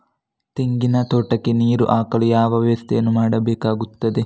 ತೆಂಗಿನ ತೋಟಕ್ಕೆ ನೀರು ಹಾಕಲು ಯಾವ ವ್ಯವಸ್ಥೆಯನ್ನು ಮಾಡಬೇಕಾಗ್ತದೆ?